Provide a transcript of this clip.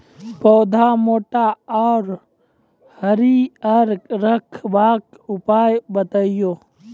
पौधा मोट आर हरियर रखबाक उपाय बताऊ?